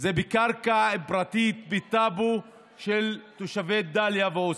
זה בקרקע פרטית בטאבו של תושבי דאליה ועוספיא.